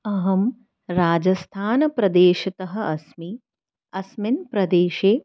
अहं राजस्थानप्रदेशतः अस्मि अस्मिन् प्रदेशे